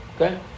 okay